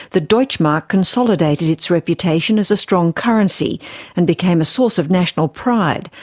the deutschmark consolidated its reputation as a strong currency and became a source of national pride,